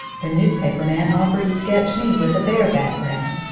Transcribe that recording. the newspaper man offered to sketch me with a bear background.